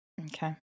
okay